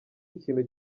ikintu